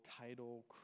title